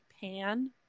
Pan